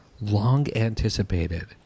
long-anticipated